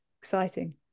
exciting